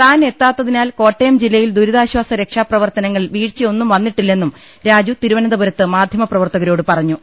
താൻ എത്താത്തിനാൽ കോട്ടയം ജില്ലയിൽ ദുരിതാശ്വാസ രക്ഷാപ്രവർത്തനങ്ങ ളിൽ വീഴ്ചയൊന്നും വന്നിട്ടില്ലെന്നും രാജു തിരുവനന്ത പുരത്ത് മാധ്യമപ്രവർത്തകരോട് പറഞ്ഞു